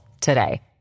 today